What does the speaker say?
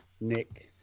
Nick